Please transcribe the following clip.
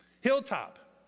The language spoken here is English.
Hilltop